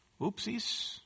Oopsies